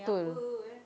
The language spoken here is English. mm